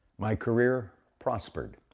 my career prospered.